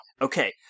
Okay